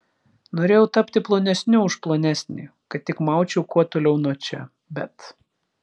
norėjau tapti plonesniu už plonesnį kad tik maučiau kuo toliau nuo čia bet